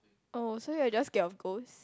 oh so you're just scared of ghost